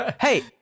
Hey